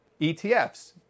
ETFs